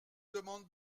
demande